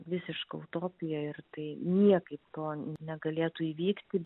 visiška utopija ir tai niekaip to negalėtų įvykti